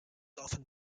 often